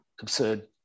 absurd